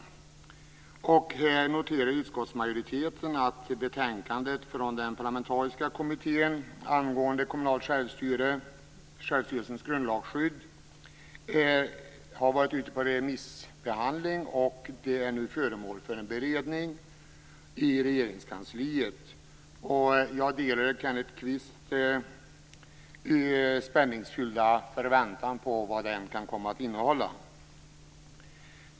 Här noterar utskottsmajoriteten att betänkandet från den parlamentariska kommittén angående den kommunala självstyrelsens grundlagsskydd har varit ute på remissbehandling och nu är föremål för beredning i Regeringskansliet. Jag delar Kenneth Kvists spänningsfyllda förväntan på vad den kan komma leda till.